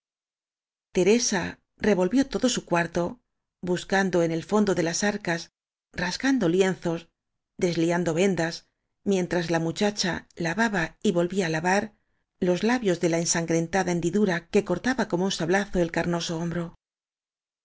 teresa revolvió todo su cuarto buscando en el fondo de las arcas rasgando lienzos des liando vendas mientras la muchacha lavaba y volvía á lavar los labios de la ensangrentada o hendidura que cortaba como un sablazo el car noso hombro